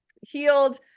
healed